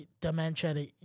dementia